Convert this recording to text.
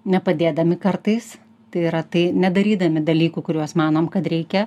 nepadėdami kartais tai yra tai nedarydami dalykų kuriuos manom kad reikia